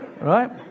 Right